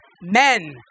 Men